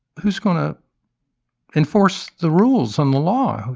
who's going to enforce the rules on the law?